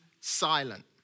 silent